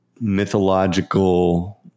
mythological